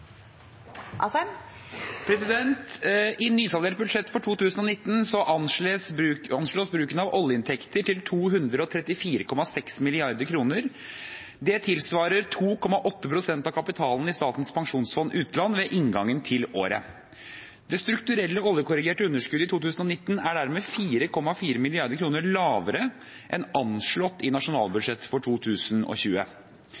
I nysaldert budsjett for 2019 anslås bruken av oljeinntekter til 234,6 mrd. kr. Det tilsvarer 2,8 pst. av kapitalen i Statens pensjonsfond utland ved inngangen til året. Det strukturelle oljekorrigerte underskuddet i 2019 er dermed 4,4 mrd. kr lavere enn anslått i